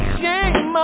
shame